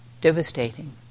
devastating